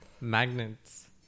magnets